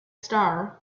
star